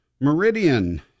Meridian